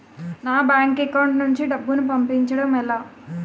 నా bank account నుంచి డబ్బును పంపించడం ఎలా?